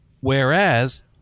Whereas